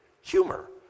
humor